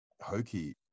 hokey